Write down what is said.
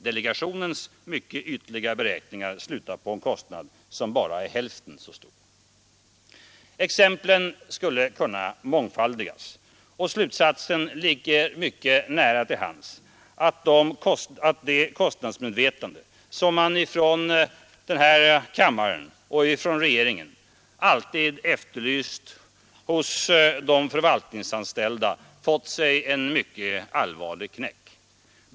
Delegationens mycket ytliga beräkningar slutar på en kostnad som bara är hälften så stor. Exemplen skulle kunna mångfaldigas, och slutsatsen ligger mycket nära till hands: det kostnadsmedvetande som man från den här kammaren och från regeringen alltid efterlyst hos de förvaltningsanställda har fått sig en mycket allvarlig knäck.